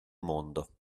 mondo